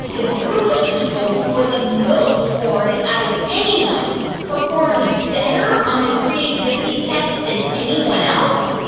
the group of people who were the most bored out of anyone performed better on the creativity test than anyone else?